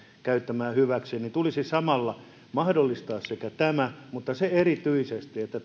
käyttämään hyväksi tulisi samalla mahdollistaa tämä mutta erityisesti se että